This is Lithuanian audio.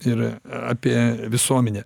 ir apie visuomenę